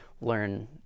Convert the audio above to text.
learn